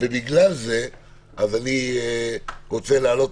ובגלל זה אני רוצה להעלות